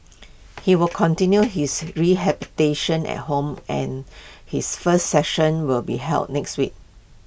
he will continue his re habitation at home and his first section will be held next week